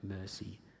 mercy